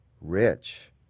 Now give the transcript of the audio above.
rich